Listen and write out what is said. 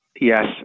Yes